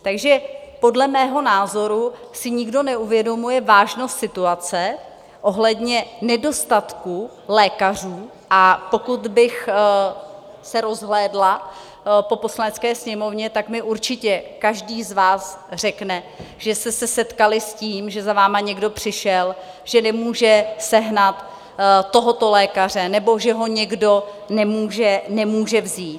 Takže podle mého názoru si nikdo neuvědomuje vážnost situace ohledně nedostatku lékařů, a pokud bych se rozhlédla po Poslanecké sněmovně, tak mi určitě každý z vás řekne, že jste se setkali s tím, že za vámi někdo přišel, že nemůže sehnat tohoto lékaře nebo že ho někdo nemůže vzít.